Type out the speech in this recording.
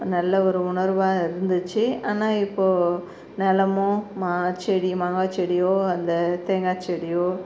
நல்ல ஒரு உணர்வாக இருந்துச்சு ஆனால் இப்போ நிலமும் மா செடி மாங்காய்ச்செடியோ அந்த தேங்காய்ச்செடியோ